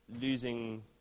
losing